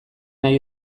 nahi